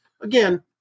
Again